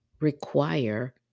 require